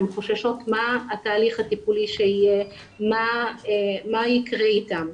הן חוששות מה התהליך הטיפולי שיהיה ומה יקרה איתן.